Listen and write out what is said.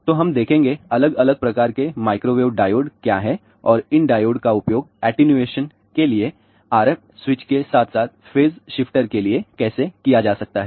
तो हम देखेंगे अलग अलग प्रकार के माइक्रोवेव डायोड क्या हैं और इन डायोड का उपयोग एटेन्यूएशन के लिए RF स्विच के साथ साथ फेज शिफ्टर्स के लिए कैसे किया जा सकता है